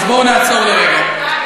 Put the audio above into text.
אז בואו נעצור לרגע.